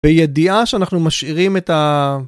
בידיעה שאנחנו משאירים את ה...